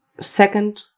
second